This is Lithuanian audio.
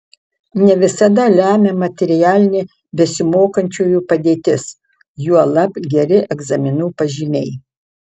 ne visada lemia materialinė besimokančiųjų padėtis juolab geri egzaminų pažymiai